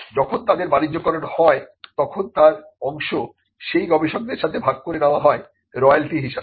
যখন তাদের বাণিজ্যকরণ হয় তখন তার অংশ সেই গবেষকদের সাথে ভাগ করে নেওয়া হয় রয়ালটি হিসাবে